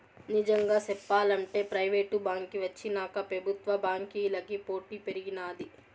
నిజంగా సెప్పాలంటే ప్రైవేటు బాంకీ వచ్చినాక పెబుత్వ బాంకీలకి పోటీ పెరిగినాది